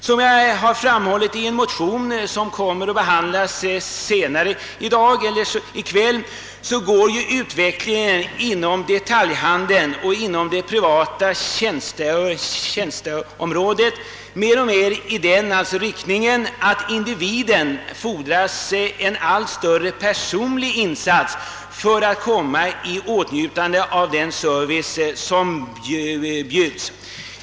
Som jag framhållit i en motion, vilken kommer att behandlas under en senare punkt på föredragningslistan, går utvecklingen inom detaljhandeln och inom det privata tjänsteområdet mer och mer i riktning mot att det av individen fordras en allt större personlig insats för att vederbörande skall komma i åtnjutande av den service som bjuds.